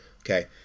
okay